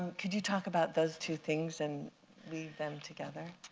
could you talk about those two things, and weave them together?